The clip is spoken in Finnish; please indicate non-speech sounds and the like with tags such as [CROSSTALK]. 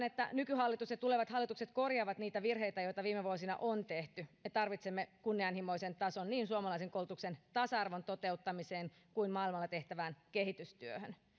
[UNINTELLIGIBLE] että nykyhallitus ja tulevat hallitukset korjaavat niitä virheitä joita viime vuosina on tehty me tarvitsemme kunnianhimoisen tason niin suomalaisen koulutuksen tasa arvon toteuttamiseen kuin maailmalla tehtävään kehitystyöhön